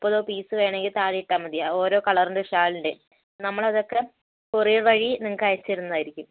മുപ്പതോ പീസ് വേണമെങ്കിൽ താഴെ ഇട്ടാൽമതി ആ ഓരോ കളറിൻ്റെേയും ഷാളിൻ്റേയും നമ്മൾ അതൊക്കെ കൊറിയർ വഴി നിങ്ങൾക്ക് അയച്ചു തരുന്നതായിരിക്കും